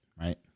right